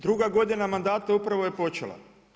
Druga godina mandata upravo je počela.